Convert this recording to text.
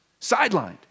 sidelined